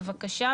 בבקשה,